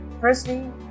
Firstly